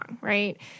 right